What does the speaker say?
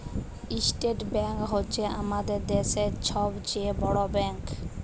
state bank হছে আমাদের দ্যাশের ছব চাঁয়ে বড় ব্যাংক